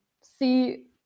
see